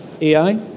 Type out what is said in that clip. AI